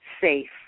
safe